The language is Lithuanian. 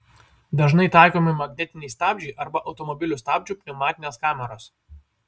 dažnai taikomi magnetiniai stabdžiai arba automobilių stabdžių pneumatinės kameros